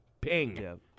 Ping